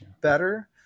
better